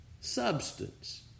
substance